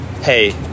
hey